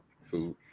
Food